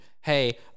hey